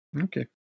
okay